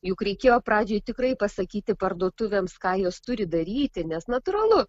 juk reikėjo pradžiai tikrai pasakyti parduotuvėms ką jos turi daryti nes natūralu